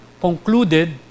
concluded